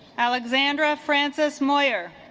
alexandra francis lawyer